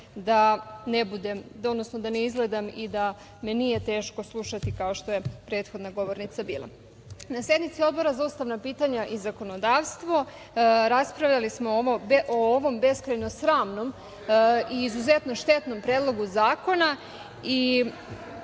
da ne izgledam i da me nije teško slušati, kao što je prethodna govornica bila. Na sednici Odbora za ustavna pitanja i zakonodavstvo raspravljali smo o ovom beskrajno sramnom i izuzetno štetnom predlogu zakona